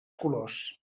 colors